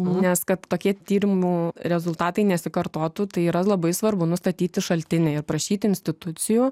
nes kad tokie tyrimų rezultatai nesikartotų tai yra labai svarbu nustatyti šaltinį ir prašyti institucijų